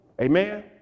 Amen